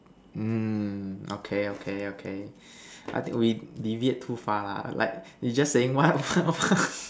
mm okay okay okay I think we deviate too far lah like we just saying what what what